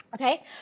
Okay